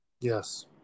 Yes